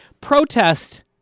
Protest